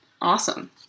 Awesome